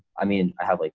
i mean, i have like,